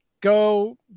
go